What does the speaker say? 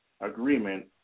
agreement